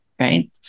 right